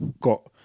got